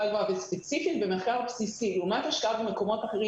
הגבוהה וספציפית במחקר בסיסי לעומת השקעה במקומות אחרים